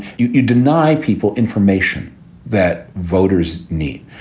you you deny people information that voters need.